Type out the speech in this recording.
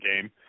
game